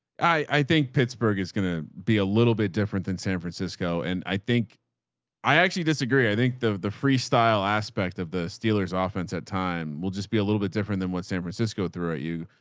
i think pittsburgh is going to be a little bit different than san francisco. and i think i actually disagree. i think the, the freestyle aspect of the steelers offense at time will just be a little bit different than what san francisco threw at you.